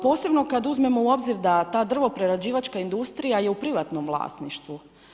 Posebno kad uzmemo u obzir da ta drvo-prerađivačka industrija je u privatnom vlasništvu.